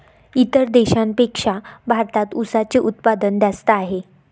इतर देशांपेक्षा भारतात उसाचे उत्पादन जास्त आहे